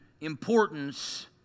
importance